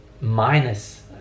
minus